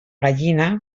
gallina